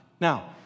Now